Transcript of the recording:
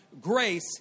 grace